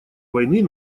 войны